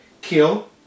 kill